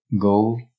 go